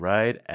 Right